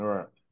Right